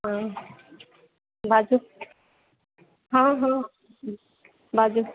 हँ बाजु हँ हँ बाजु